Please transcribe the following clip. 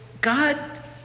God